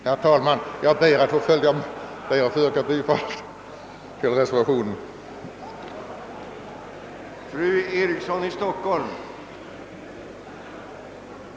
Herr talman! Jag ber att få yrka bifall till reservationen 1.